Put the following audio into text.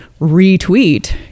retweet